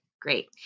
great